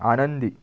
आनंदी